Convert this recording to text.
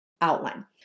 outline